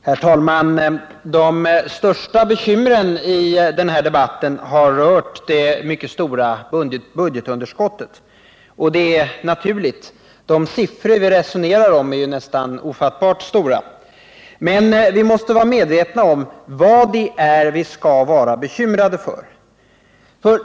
Herr talman! De största bekymren i den här debatten har rört det mycket stora budgetunderskottet, och det är naturligt. De siffror vi resonerar om är nästan ofattbart stora. Men vi måste vara medvetna om vad det är vi skall vara bekymrade för.